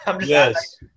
Yes